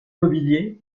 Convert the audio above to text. mobilier